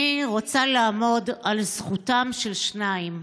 אני רוצה לעמוד על זכותם של שניים,